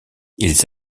ils